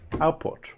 Output